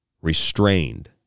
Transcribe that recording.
restrained